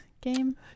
game